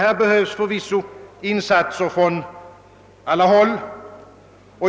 Här behövs förvisso insatser från alla håll.